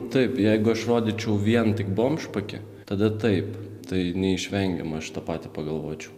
taip jeigu aš rodyčiau vien tik bomžpakį tada taip tai neišvengiama aš tą patį pagalvočiau